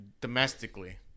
domestically